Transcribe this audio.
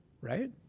right